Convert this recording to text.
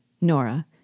Nora